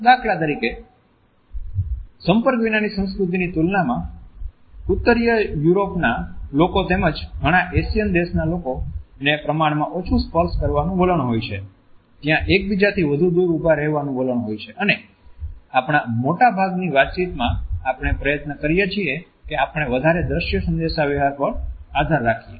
ઉદાહરણ તરીકે સંપર્ક વિનાના સંસ્કૃતિની તુલનામાં ઉત્તરીય યુરોપના લોકો તેમજ ઘણા એશિયન દેશોમાં લોકોને પ્રમાણમાં ઓછું સ્પર્શ કરવાનું વલણ હોય છે ત્યાં એકબીજાથી વધુ દુર ઉભા રહેવાનું વલણ હોય છે અને આપણા મોટાભાગની વાતચીતમાં આપણે પ્રયત્ન કરીએ છીએ કે આપણે વધારે દ્રશ્ય સંદેશાવ્યવહાર પર આધાર રાખીયે